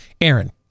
Aaron